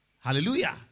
Hallelujah